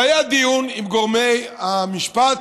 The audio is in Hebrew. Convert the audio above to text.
והיה דיון עם גורמי המשפט,